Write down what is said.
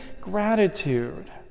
gratitude